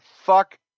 Fuck